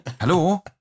hello